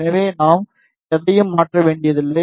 எனவே நாம் எதையும் மாற்ற வேண்டியதில்லை